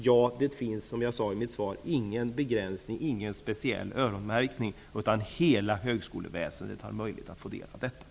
Ja, det finns, som jag sade i mitt svar, ingen begränsning, ingen speciell öronmärkning, utan hela högskoleväsendet har möjlighet att få del av detta.